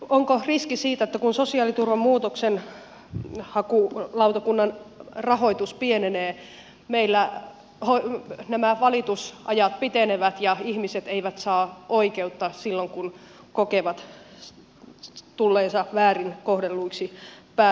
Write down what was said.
onko riski että kun sosiaaliturvan muutoksenhakulautakunnan rahoitus pienenee meillä nämä valitusajat pitenevät ja ihmiset eivät saa oikeutta silloin kun kokevat tulleensa väärin kohdelluiksi päätöksissä